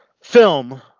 film